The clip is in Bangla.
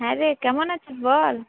হ্যাঁরে কেমন আছিস বল